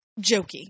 jokey